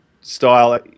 style